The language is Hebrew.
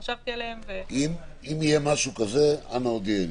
סיימנו לצאת ידי חובתנו כאחריות